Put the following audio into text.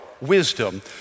wisdom